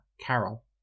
Carol